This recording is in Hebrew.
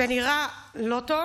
זה נראה לא טוב.